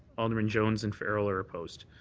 alderman jones and farrell are opposed.